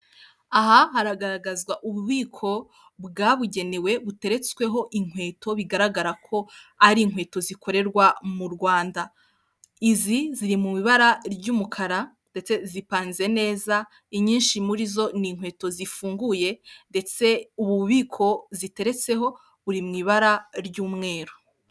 Aha haragaragazwa ububiko bwabugenewe buteretsweho inkweto, bigaragara ko ari inkweto zikorerwa mu Rwanda izi ziri m'ibara ry'umukara ndetse zipanze neza inyinshi muri zo n'inkweto zifunguye, ndetse ububiko ziteretseho buri m'ibara ry'umweru.